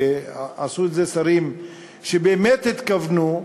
ועשו את זה שרים שבאמת התכוונו,